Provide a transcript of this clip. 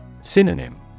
Synonym